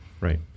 Right